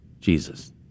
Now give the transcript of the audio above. Jesus